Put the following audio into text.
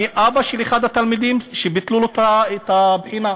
אני אבא של אחד התלמידים שביטלו להם את הבחינה.